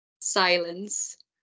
silence